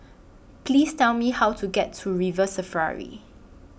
Please Tell Me How to get to River Safari